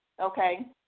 okay